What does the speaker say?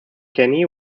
kenny